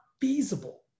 feasible